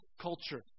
culture